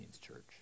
church